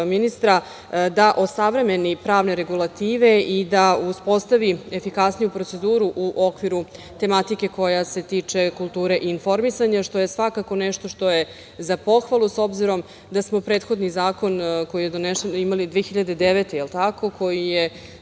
da osavremeni pravne regulative i da uspostavi efikasniju proceduru u okviru tematike koja se tiče kulture i informisanja, što je svakako nešto što je za pohvalu, s obzirom da smo prethodni zakon koji je donesen imali 2009. godine,